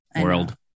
world